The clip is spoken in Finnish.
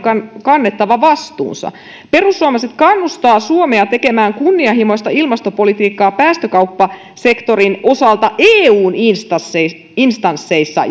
kannettava vastuunsa perussuomalaiset kannustavat suomea tekemään kunnianhimoista ilmastopolitiikkaa päästökauppasektorin osalta eun instansseissa